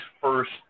first